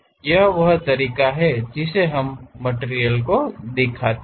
यह वह तरीका है जिससे हम मटिरियल को दिखाते हैं